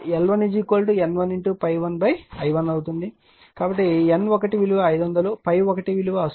కాబట్టి N1 విలువ 500 ∅1 విలువ 1